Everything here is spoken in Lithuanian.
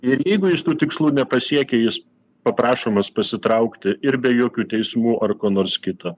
ir jeigu jis tų tikslų nepasiekia jis paprašomas pasitraukti ir be jokių teismų ar ko nors kito